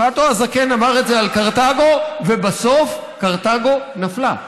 קאטו הזקן אמר את זה על קרתגו, ובסוף קרתגו נפלה.